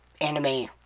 anime